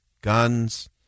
guns